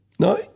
No